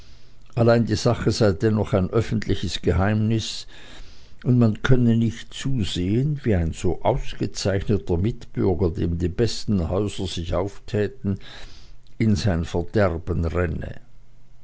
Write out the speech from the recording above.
allein die sache sei dennoch ein öffentliches geheimnis und man könne nicht zusehen wie ein so ausgezeichneter mitbürger dem die besten häuser sich auftäten in sein verderben renne